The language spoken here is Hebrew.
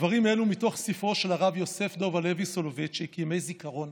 דברים אלו מתוך ספרו של הרב יוסף דוב הלוי סולובייצ'יק "ימי זיכרון"